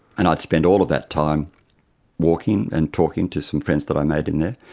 and i'd spend all that time walking and talking to some friends that i made in there.